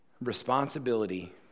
responsibility